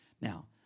Now